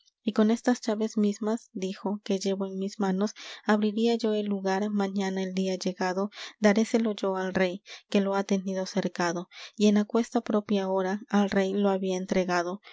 y con estas llaves mismas dijo que llevo en mis manos abriría yo el lugar mañana el día llegado daréselo yo al rey que lo ha tenido cercado y en aquesta propia hora al rey lo había entregado